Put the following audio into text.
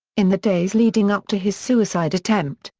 in the days leading up to his suicide attempt,